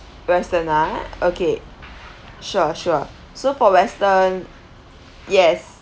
western ah okay sure sure so for western yes